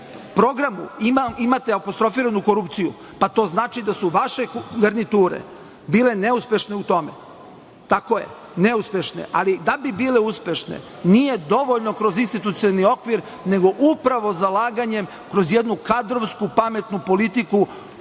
programu imate apostrofiranu korupciju, pa to znači da su vaše garniture bile neuspešne u tome. Da bi bile uspešne nije dovoljno kroz institucioni okvir, nego upravo zalaganjem kroz jednu kadrovsku, pametnu politiku